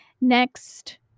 next